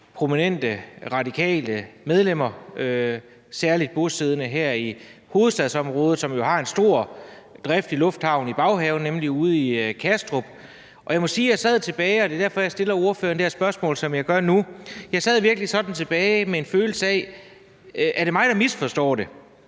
prominente radikale medlemmer, særlig bosiddende her i hovedstadsområdet, som jo har en stor, driftig lufthavn i baghaven, nemlig ude i Kastrup. Jeg må sige, at jeg sad tilbage, og det er derfor, jeg stiller ordføreren det her spørgsmål, som jeg gør nu, med en følelse af at være i tvivl om, om det er mig, der misforstår det,